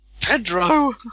Pedro